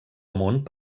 amunt